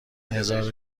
هزارو